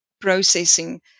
processing